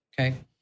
Okay